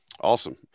Awesome